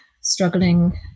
struggling